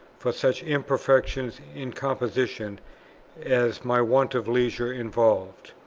for such imperfections in composition as my want of leisure involved.